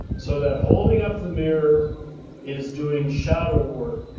so that holding up the mirror is doing shadow work.